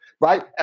right